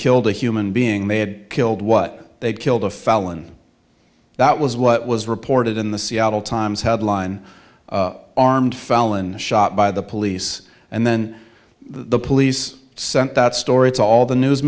killed a human being they had killed what they killed a felon that was what was reported in the seattle times headline armed felon shot by the police and then the police sent that story it's all the news